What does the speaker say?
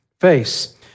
face